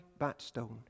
Batstone